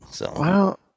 Wow